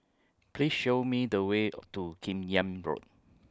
Please Show Me The Way to Kim Yam Road